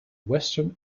western